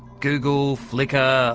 google, flickr,